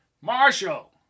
Marshall